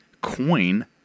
coin